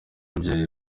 umubyeyi